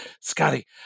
scotty